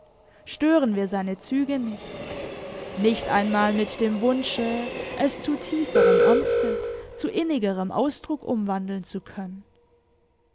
stören wir seine züge nicht nicht einmal mit dem wunsche es zu tieferem ernste zu innigerem ausdruck umwandeln zu können